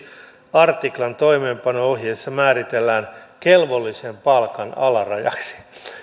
artiklan toimeenpano ohjeessa määritellään kelvollisen palkan alarajaksi